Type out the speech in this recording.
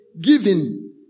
giving